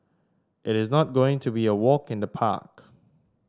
it is not going to be a walk in the park